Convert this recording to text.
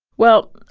well,